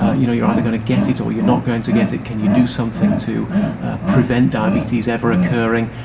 ah you know, you are either going to get it or you are not going to get it, can you do something to prevent diabetes ever occurring.